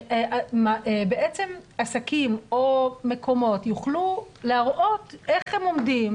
שבעצם עסקים או מקומות יוכלו להראות איך הם עומדים